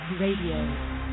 Radio